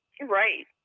Right